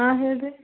ಹಾಂ ಹೇಳಿ ರೀ